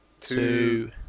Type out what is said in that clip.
two